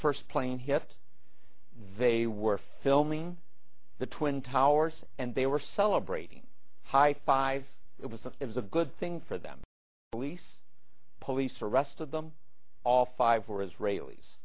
first plane hit they were filming the twin towers and they were celebrating high fives it was a good thing for them police police arrested them all five were israelis